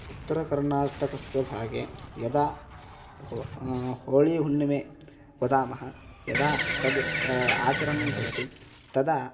उत्तरकर्नाटकस्य भागे यदा हो होळीहुण्णिमे वदामः यदा तद् आचरणं भवति तदा